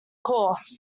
course